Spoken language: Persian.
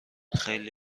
خیلی